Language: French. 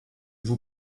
vous